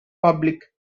public